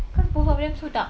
cause both of them so dark